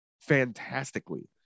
fantastically